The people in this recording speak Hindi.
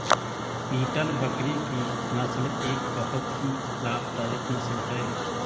बीटल बकरी की नस्ल एक बहुत ही लाभदायक नस्ल है